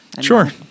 Sure